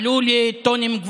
לעיתים הם עלו לטונים גבוהים